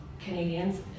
Canadians